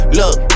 look